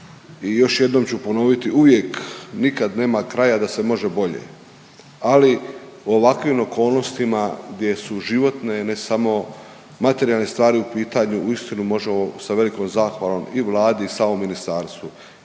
još jednom ću ponoviti, uvijek nikad nema kraja da se može bolje, ali u ovakvim okolnostima gdje su životne, ne samo materijalne stvari u pitanju uistinu možemo sa velikom zahvalom i Vladi i samom ministarstvu.